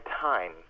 time